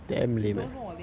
你懂为什么我 lame mah